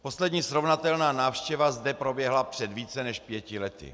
Poslední srovnatelná návštěva zde proběhla před více než pěti lety.